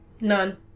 None